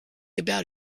about